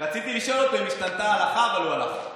רציתי לשאול אותו אם השתנתה ההלכה אבל הוא הלך.